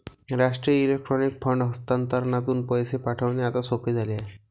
राष्ट्रीय electronic fund हस्तांतरणातून पैसे पाठविणे आता सोपे झाले आहे